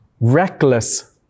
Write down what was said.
reckless